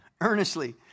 earnestly